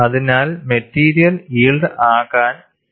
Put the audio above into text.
അതിനാൽ material yield ആക്കാൻ 0